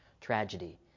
tragedy